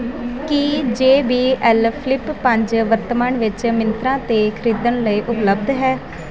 ਕੀ J B L flip ਪੰਜ ਵਰਤਮਾਨ ਵਿੱਚ ਮਿੰਤਰਾ 'ਤੇ ਖਰੀਦਣ ਲਈ ਉਪਲੱਬਧ ਹੈ